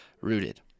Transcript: rooted